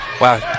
Wow